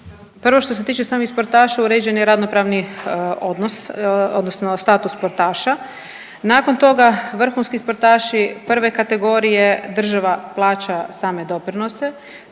Prvo što se tiče samih sportaša, uređen je radnopravni odnos odnosno status sportaša. Nakon toga vrhunski sportaši prve kategorije, država plaća same doprinose,